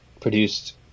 produced